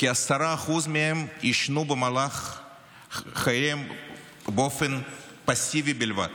כ-10% מהם עישנו במהלך חייהם באופן פסיבי בלבד.